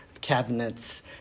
cabinets